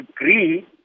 agree